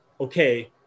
okay